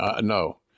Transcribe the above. No